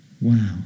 wow